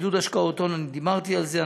עידוד השקעות הון, דיברתי על זה.